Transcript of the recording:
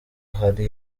hari